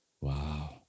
wow